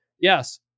Yes